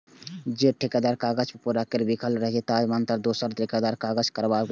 जौं ठेकेदार काज पूरा करै मे विफल रहै छै, ते जमानतदार दोसर ठेकेदार सं काज कराबै छै